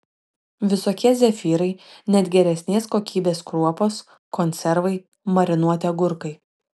visokie zefyrai net geresnės kokybės kruopos konservai marinuoti agurkai